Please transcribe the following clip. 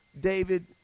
David